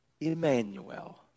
Emmanuel